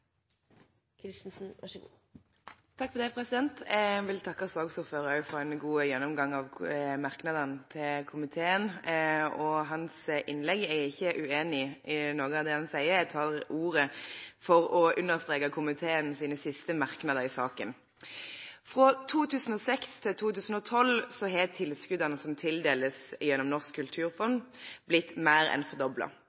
Jeg vil takke saksordføreren for en god gjennomgang av merknadene til komiteen, og jeg er ikke uenig med ham i noe av det han sier i sitt innlegg. Jeg tar ordet for å understreke komiteens siste merknader i saken. Fra 2006 til 2012 har tilskuddene som tildeles gjennom Norsk